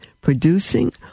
producing